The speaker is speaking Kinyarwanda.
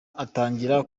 atangira